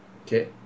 Okay